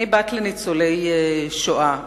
אני בת לניצולי השואה.